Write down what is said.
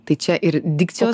tai čia ir dikcijos